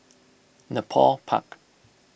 Nepal Park